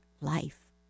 life